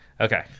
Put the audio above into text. Okay